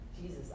Jesus